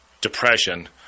depression